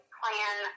plan